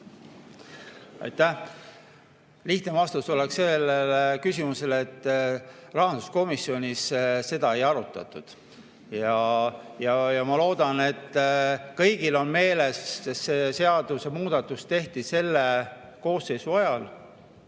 Aitäh! Lihtne vastus sellele küsimusele oleks, et rahanduskomisjonis seda ei arutatud. Aga ma loodan, et kõigil on meeles see seadusemuudatus, mis tehti selle koosseisu ajal.